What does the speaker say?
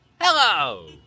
Hello